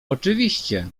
oczywiście